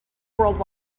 world